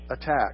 attack